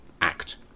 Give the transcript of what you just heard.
act